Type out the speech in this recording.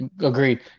Agreed